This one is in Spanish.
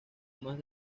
más